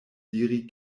diri